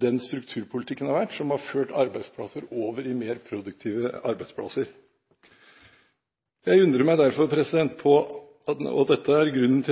den strukturpolitikken har vært som har ført arbeidsplasser over i mer produktive arbeidsplasser. Jeg undrer meg på om dette er grunnen